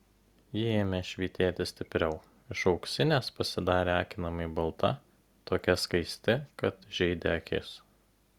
ji ėmė švytėti stipriau iš auksinės pasidarė akinamai balta tokia skaisti kad žeidė akis